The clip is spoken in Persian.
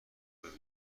ببینم